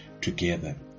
together